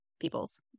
people's